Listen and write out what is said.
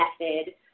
method